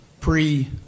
pre